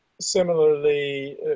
Similarly